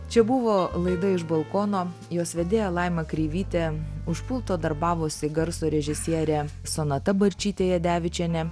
čia buvo laida iš balkono jos vedėja laima kreivytė už pulto darbavosi garso režisierė sonata barčytė jadevičienė